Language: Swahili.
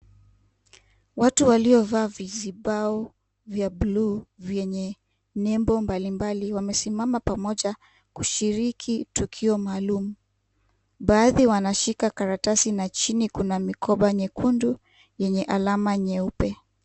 Watu waliovaa vizibao vya blue vyenye nembo mbalimbali wamesimama pamoja kushiriki tukio maalum. Baadhi wanashika karatasi na chini kuna mikoba nyekundu yenye alama nyeupe.